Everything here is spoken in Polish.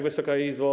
Wysoka Izbo!